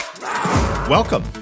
Welcome